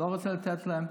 לא רוצה לתת להם,